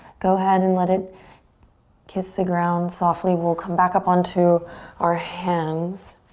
go ahead and let it kiss the ground softly. we'll come back up onto our hands.